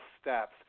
steps